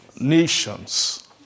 Nations